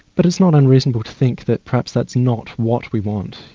but it's not unreasonable to think that perhaps that's not what we want.